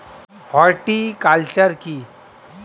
Horticulture কি?